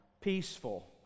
Peaceful